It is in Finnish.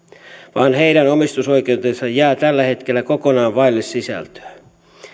vaan heidän omistusoikeutensa jää tällä hetkellä kokonaan vaille sisältöä